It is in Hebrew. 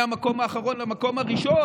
מהמקום האחרון למקום הראשון?